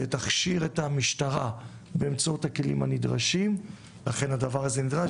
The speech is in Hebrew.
ותכשיר את המשטרה באמצעות הכלים הנדרשים לכן הדבר הזה נדרש